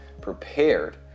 prepared